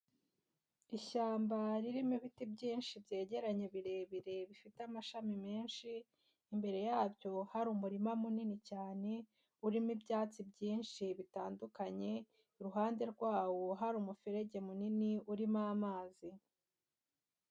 Ishyamba ririmo ibiti byinshi byegeranye birebire bifite amashami menshi, imbere yabyo hari umurima munini cyane urimo ibyatsi byinshi bitandukanye, iruhande rwawo hari umuferege munini urimo amazi.